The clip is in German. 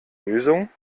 lösung